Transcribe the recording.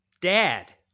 Dad